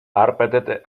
arbeitete